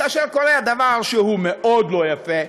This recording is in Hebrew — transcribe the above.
כאשר קורה הדבר שהוא מאוד לא יפה,